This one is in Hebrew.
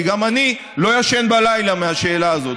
כי גם אני לא ישן בלילה מהשאלה הזאת.